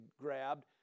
grabbed